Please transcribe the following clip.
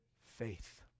Faith